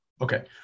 Okay